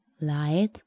light